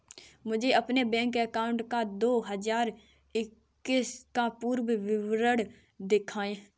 मुझे अपने bank account का दो हज़ार इक्कीस का पूरा विवरण दिखाएँ?